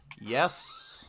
Yes